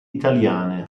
italiane